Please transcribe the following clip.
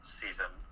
season